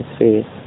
face